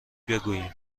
بگویم